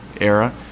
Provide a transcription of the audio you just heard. era